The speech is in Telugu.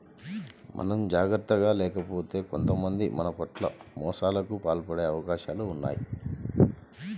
మనం జాగర్తగా లేకపోతే కొంతమంది మన పట్ల మోసాలకు పాల్పడే అవకాశాలు ఉన్నయ్